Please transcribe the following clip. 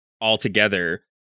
altogether